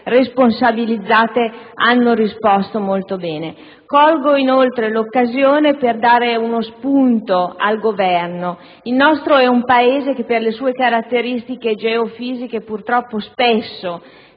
responsabilizzate, hanno risposto molto bene. Colgo inoltre l'occasione per offrire uno spunto al Governo. Il nostro Paese, per le sue caratteristiche geofisiche, spesso